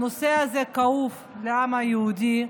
הנושא הזה כאוב לעם היהודי.